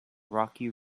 rocky